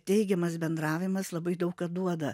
teigiamas bendravimas labai daug ką duoda